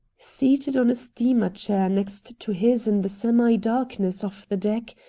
seated on a steamer-chair next to his in the semi-darkness of the deck,